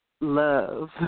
love